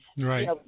Right